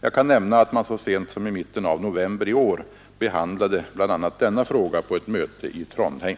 Jag kan nämna, att man så sent som i mitten av november i år behandlade bl.a. denna fråga på ett möte i Trondheim.